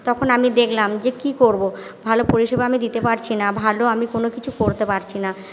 তখন আমি দেখলাম যে কী করবো ভালো পরিষেবা আমি দিতে পারছি না ভালো আমি কোনো কিছু করতে পারছি না